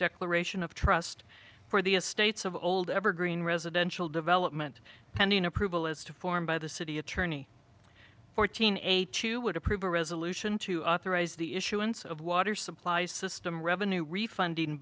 declaration of trust for the estates of old evergreen residential development pending approval as to form by the city attorney fourteen eight two would approve a resolution to authorize the issuance of water supply system revenue refunding